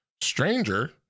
stranger